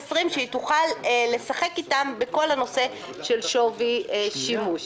שהיא תוכל לשחק איתם בכל הנושא של שווי שימוש.